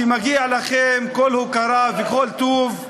שמגיע לכם כל הוקרה וכל טוב.